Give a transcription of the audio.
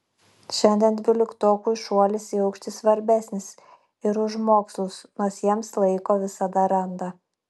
šiandien dvyliktokui šuolis į aukštį svarbesnis ir už mokslus nors jiems laiko visada randa